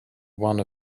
one